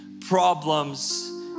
problems